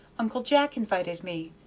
uncle jack invited me.